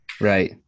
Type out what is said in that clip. Right